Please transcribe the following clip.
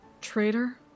traitor